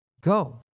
Go